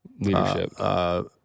Leadership